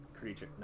creature